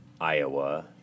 Iowa